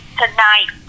tonight